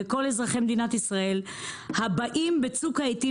וכל אזרחי מדינת ישראל הבאים בצוק העיתים